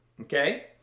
Okay